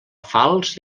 falç